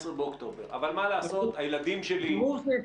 מתאריך 13 בספטמבר יש לנו 212 אלף מובטלים